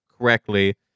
correctly